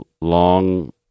long